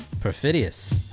perfidious